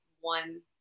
one